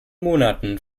monaten